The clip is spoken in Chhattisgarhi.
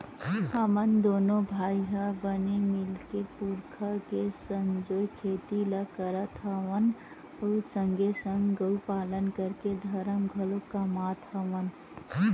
हमन दूनो भाई ह बने मिलके पुरखा के संजोए खेती ल करत हवन अउ संगे संग गउ पालन करके धरम घलोक कमात हवन